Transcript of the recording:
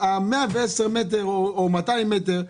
110 מ"ר או 200 מ"ר,